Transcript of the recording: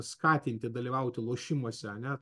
skatinti dalyvauti lošimuose ane